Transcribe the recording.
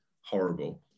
horrible